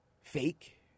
fake